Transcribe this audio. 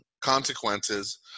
consequences